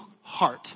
heart